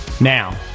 Now